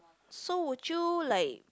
so would you like